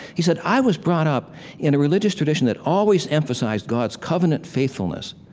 he said, i was brought up in a religious tradition that always emphasized god's covenant faithfulness.